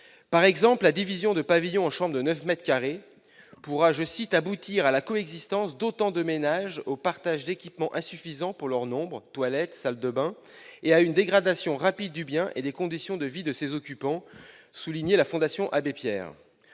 Par exemple, la division de pavillons en chambres de 9 mètres carrés pourra « aboutir à la coexistence d'autant de ménages, au partage d'équipements insuffisants pour leur nombre- toilettes, salle de bains -et à une dégradation rapide du bien et des conditions de vie de ses occupants », soulignait la Fondation Abbé Pierre.